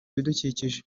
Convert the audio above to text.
bidukikije